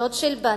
שוד של בנקים,